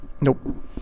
Nope